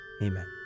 Amen